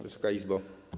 Wysoka Izbo!